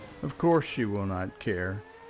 of course she will not care.